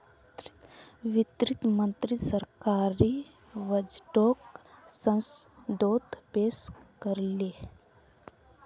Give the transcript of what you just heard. वित्त मंत्री सरकारी बजटोक संसदोत पेश कर ले